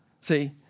See